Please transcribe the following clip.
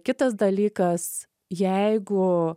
kitas dalykas jeigu